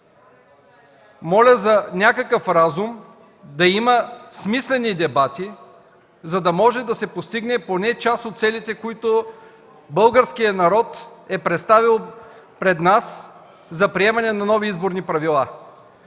моля за някакъв разум, да има смислени дебати, за да може да се постигнат поне част от целите, които българският народ е представил пред нас, за приемане на нови изборни правила.